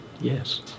Yes